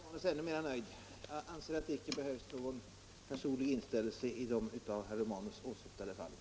Herr talman! Jag skall göra herr Romanus ännu mera nöjd. Jag anser att det icke behövs någon personlig inställelse i de av herr Romanus åsyftade fallen.